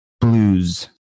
blues